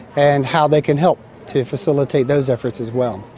and how they can help to facilitate those efforts as well.